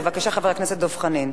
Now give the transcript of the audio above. בבקשה, חבר הכנסת דב חנין,